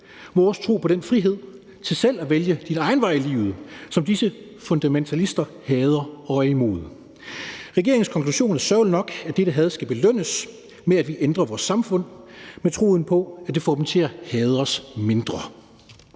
vores tro på den frihed til selv at vælge sin egen vej i livet, som disse fundamentalister hader og er imod. Regeringens konklusion er sørgeligt nok, at dette had skal belønnes med, at vi ændrer vores samfund i troen på, at det får dem til at hade os mindre.